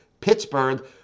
Pittsburgh